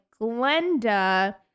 Glenda